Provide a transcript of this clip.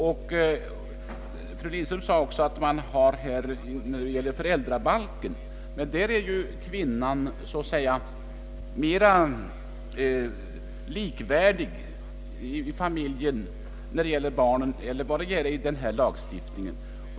Fru Lindström talade om föräldrabalken, men i denna är kvinnan mera likvärdig i familjen än i medborgarskapslagstiftningen.